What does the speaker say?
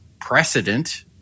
precedent